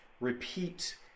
repeat